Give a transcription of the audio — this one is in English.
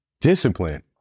discipline